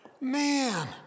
Man